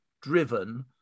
driven